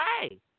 hey